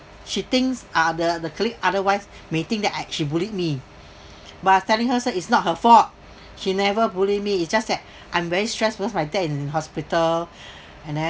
she thinks uh the the colleagues otherwise may think that I she bullied me but I was telling her I said it's not her fault she never bully me it's just that I'm very stressed because my dad in hospital and then